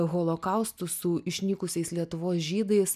holokaustu su išnykusiais lietuvos žydais